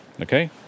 Okay